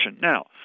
Now